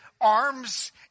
arms